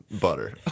butter